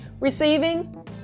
receiving